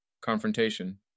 Confrontation